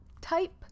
type